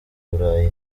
burayi